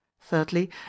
thirdly